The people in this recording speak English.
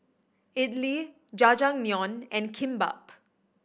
Idili Jajangmyeon and Kimbap